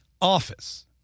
office